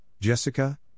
Jessica